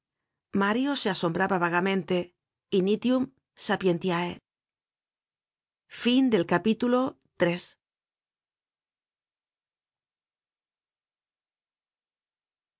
mario se asombraba vagamente initium sapientice content from